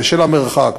בשל המרחק,